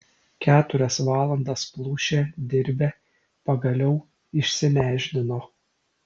keturias valandas plušę dirbę pagaliau išsinešdino